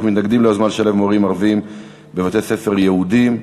ליוזמה לשלב מורים ערבים בבתי-ספר יהודיים,